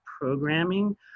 programming